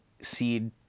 seed